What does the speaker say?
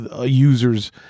users